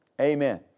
Amen